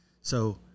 So-